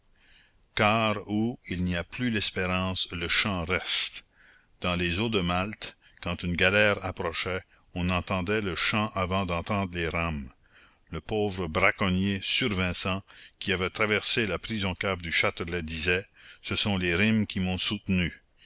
car où il n'y a plus l'espérance le chant reste dans les eaux de malte quand une galère approchait on entendait le chant avant d'entendre les rames le pauvre braconnier survincent qui avait traversé la prison cave du châtelet disait ce sont les rimes qui m'ont soutenu